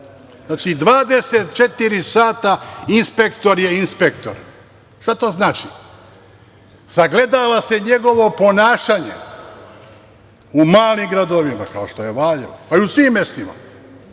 Znači, 24 sata inspektor je inspektor. Šta to znači? Sagledava se njegovo ponašanje u malim gradovima, kao što je Valjevo, pa i u svim mestima